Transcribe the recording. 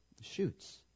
shoots